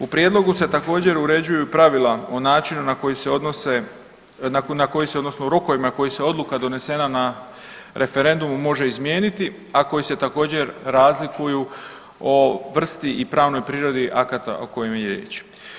U prijedlogu se također uređuju i pravila o načina na koji se odnose, na koji se odnosno u rokovima koji se odluka donesena na referenduma može izmijeniti, a koji se također razlikuju o vrsti i pravnoj prirodi akata o kojima je riječ.